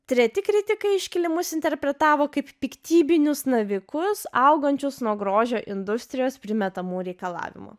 treti kritikai iškilimus interpretavo kaip piktybinius navikus augančius nuo grožio industrijos primetamų reikalavimų